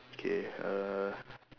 K uh